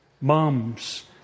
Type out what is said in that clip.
moms